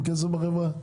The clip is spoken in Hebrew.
מכניסים כסף בחברה?